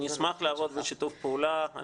אני אשמח לעבוד בשיתוף פעולה.